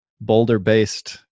boulder-based